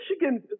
Michigan –